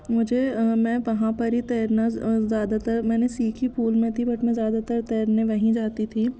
मुझे मैं वहाँ पर ही तैरना ज़्यादातर मैंने सीखी पूल में थी बट मैं ज़्यादातर तैरने वहीं जाती थी